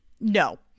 no